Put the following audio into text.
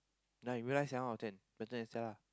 ya in real life seven out of ten better than Stella